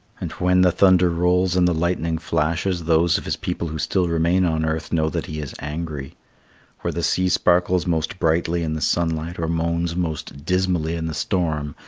and when the thunder rolls and the lightning flashes those of his people who still remain on earth know that he is angry where the sea sparkles most brightly in the sunlight or moans most dismally in the storm,